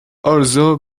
also